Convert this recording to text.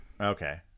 Okay